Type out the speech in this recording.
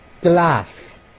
Glass